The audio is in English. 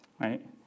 Right